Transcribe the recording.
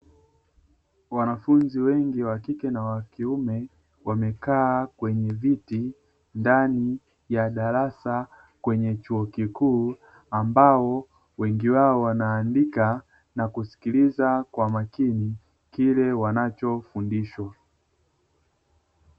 Wanafunzi wegi wakike na wakiume wamekaa kweye viti ndani ya darasa kwenye chuo kikuu, ambao wengi wao wanaandika na kusikiliza kwa makini kile wanachofundishwa.